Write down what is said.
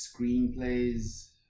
screenplays